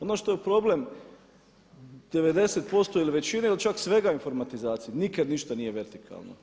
Ono što je problem 90% ili većine ili čak svega informatizacije nikad ništa nije vertikalno.